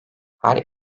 her